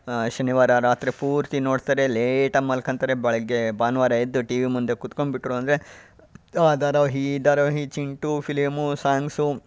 ಶನಿವಾರ ರಾತ್ರಿ ಪೂರ್ತಿ ನೋಡ್ತಾರೆ ಲೇಟಾಗಿ ಮಲ್ಕೋತಾರೆ ಬೆಳಗ್ಗೆ ಭಾನುವಾರ ಎದ್ದು ಟಿ ವಿ ಮುಂದೆ ಕೂತ್ಕೋಬಿಟ್ರು ಅಂದರೆ ಆ ಧಾರವಾಹಿ ಈ ಧಾರಾವಾಹಿ ಚಿಂಟು ಫಿಲಿಮು ಸಾಂಗ್ಸು